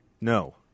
No